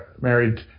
married